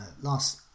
last